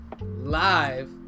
live